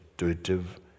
intuitive